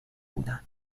بودن